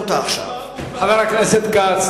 חבר הכנסת כץ,